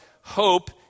hope